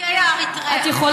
עריקי אריתריאה, למה לא?